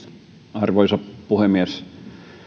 arvoisa puhemies